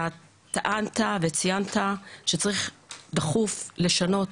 אתה טענת וציינת שצריך דחוף לשנות